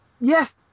Yes